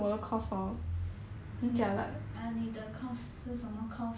ah 你的 course 是什么 course